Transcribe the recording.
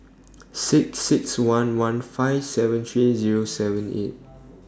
six six one one five seven three Zero seven eight